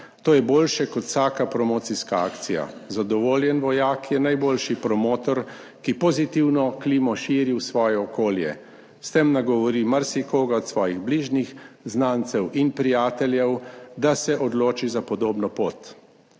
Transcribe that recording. to je boljše kot vsaka promocijska akcija. Zadovoljen vojak je najboljši promotor, ki pozitivno klimo širi v svoje okolje, s tem nagovori marsikoga od svojih bližnjih, znancev in prijateljev, da se odloči za podobno pot.